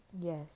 Yes